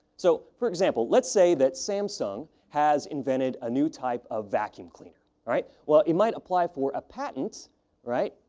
so, for example, let's say that samsung has invented a new type of vacuum cleaner. right? well, it might apply for a patent right,